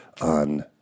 on